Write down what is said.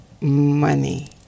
money